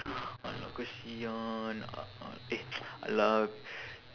alah kasihan eh alah